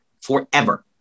forever